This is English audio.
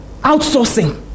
outsourcing